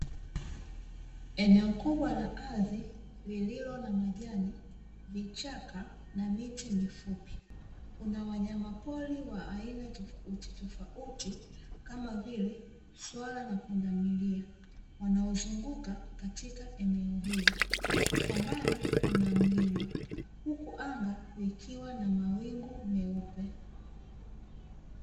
Eneo kubwa la ardhi lililo na majani, vichaka na miti mifupi. Kuna wanyamapori wa aina tofautitofauti kama vile; Swala na pundamilia wanaozunguka katika eneo hilo, kwa mbali kuna mlima, huku anga likiwa na mawingu meupe.